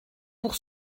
pour